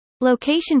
Location